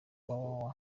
www